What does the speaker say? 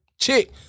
chick